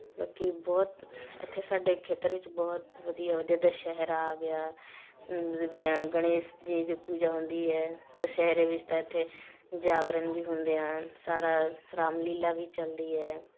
ਲੋਕ ਬਹੁਤ ਇੱਥੇ ਸਾਡੇ ਖੇਤਰ ਵਿੱਚ ਬਹੁਤ ਵਧੀਆ ਵਧੀਆ ਦੁਸਹਿਰਾ ਆ ਗਿਆ ਗਣੇਸ਼ ਜੀ ਦੀ ਪੂਜਾ ਹੁੰਦੀ ਹੈ ਦੁਸਹਿਰੇ ਵਿੱਚ ਤਾਂ ਇੱਥੇ ਜਾਗਰਨ ਵੀ ਹੁੰਦੇ ਹਨ ਸਾਰਾ ਰਾਮਲੀਲਾ ਵੀ ਚੱਲਦੀ ਹੈ